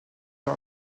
par